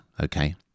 okay